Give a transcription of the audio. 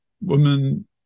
woman